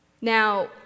Now